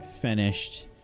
finished